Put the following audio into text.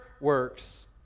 works